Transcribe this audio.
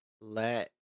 let